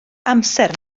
amser